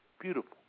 Beautiful